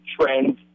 trend